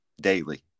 daily